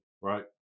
right